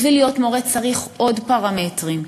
בשביל להיות מורה צריך עוד פרמטרים.